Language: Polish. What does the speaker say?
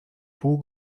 pół